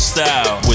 Style